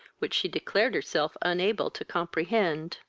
which she declared herself unable to comprehend.